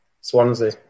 Swansea